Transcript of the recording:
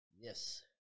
yes